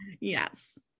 Yes